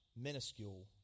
minuscule